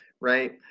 right